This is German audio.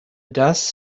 das